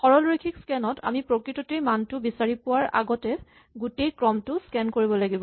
সৰলৰৈখিক স্কেন ত আমি প্ৰকৃততেই মানটো বিচাৰি পোৱাৰ আগত গোটেই ক্ৰমটো স্কেন কৰিব লাগে